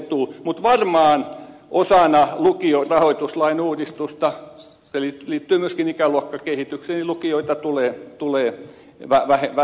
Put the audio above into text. mutta varmaan osana lukiorahoituslain uudistusta se liittyy myöskin ikäluokkakehitykseen lukioita tulee vähentymään